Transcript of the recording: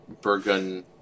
Bergen